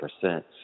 percent